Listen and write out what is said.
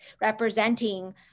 representing